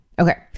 Okay